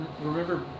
remember